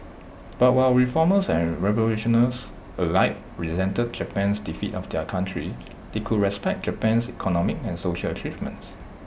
but while reformers and revolutionaries alike resented Japan's defeat of their country they could respect Japan's economic and social achievements